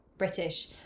British